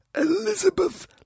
Elizabeth